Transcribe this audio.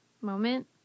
moment